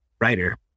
writer